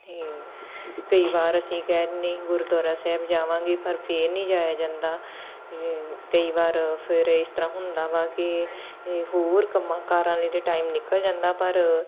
ਅਤੇ ਕਈ ਵਾਰ ਅਸੀਂ ਕਹਿ ਦਿੰਦੇ ਗੁਰਦੁਆਰਾ ਸਾਹਿਬ ਜਾਵਾਂਗੇ ਪਰ ਫਿਰ ਨਹੀਂ ਜਾਇਆ ਜਾਂਦਾ ਜਿਵੇਂ ਕਈ ਵਾਰ ਫਿਰ ਇਸ ਤਰ੍ਹਾਂ ਹੁੰਦਾ ਵਾ ਕਿ ਹੋਰ ਕੰਮਾਂ ਕਾਰਾਂ ਲਈ ਜੇ ਟਾਈਮ ਨਿਕਲ ਜਾਂਦਾ ਪਰ